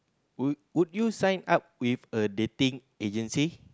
would would you sign up with a dating agency